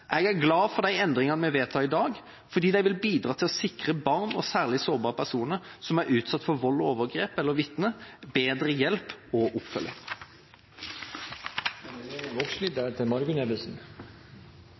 Jeg er glad for de endringene vi vedtar i dag, fordi de vil bidra til å sikre barn og særlig sårbare personer som er utsatt for eller vitne til vold og overgrep, bedre hjelp og oppfølging.